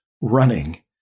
running